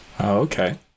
okay